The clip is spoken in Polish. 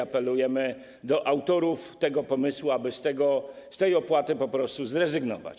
Apelujemy do autorów tego pomysłu, aby z tej opłaty po prostu zrezygnować.